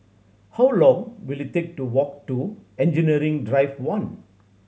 how long will it take to walk to Engineering Drive One